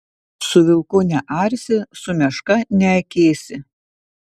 su vilku nearsi su meška neakėsi